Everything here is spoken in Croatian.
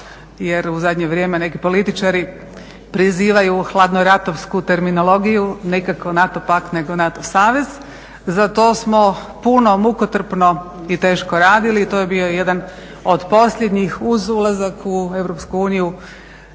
jer u zadnje vrijeme neki političari prizivaju hladnoratovsku terminologiju. Nikako NATO pakt nego NATO savez. Za to smo puno, mukotrpno i teško radili i to je bio jedan od posljednjih, uz ulazak u